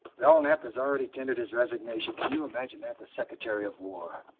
belinknapp has already tendered his resignation. can you imagine that? the secretary of war?